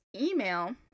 email